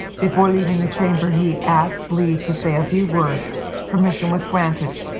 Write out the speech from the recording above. before leaving the chamber he asked leave to say a few words. permission was granted,